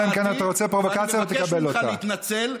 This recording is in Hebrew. אל תקצין אותה ואל תנמיך אותה.